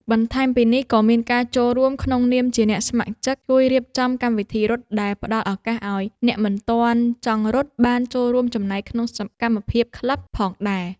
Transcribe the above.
បន្ថែមពីនេះ ក៏មានការចូលរួមក្នុងនាមជាអ្នកស្ម័គ្រចិត្តជួយរៀបចំកម្មវិធីរត់ ដែលផ្តល់ឱកាសឱ្យអ្នកមិនទាន់ចង់រត់ បានចូលរួមចំណែកក្នុងសកម្មភាពក្លឹបផងដែរ។